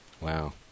Wow